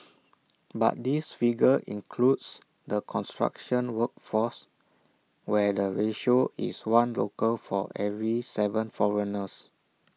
but this figure includes the construction workforce where the ratio is one local for every Seven foreigners